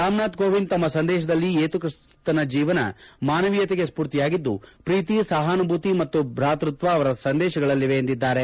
ರಾಮನಾಥ್ ಕೋವಿಂದ್ ತಮ್ಮ ಸಂದೇಶದಲ್ಲಿ ಏಸುಕ್ರಿಸ್ತನ ಜೀವನ ಮಾನವೀಯತೆಗೆ ಸ್ಪೂರ್ತಿಯಾಗಿದ್ದು ಪ್ರೀತಿ ಸಹಾನುಭೂತಿ ಮತ್ತು ಭ್ರಾತೃತ್ವ ಅವರ ಸಂದೇಶಗಳಲ್ಲಿವೆ ಎಂದಿದ್ದಾರೆ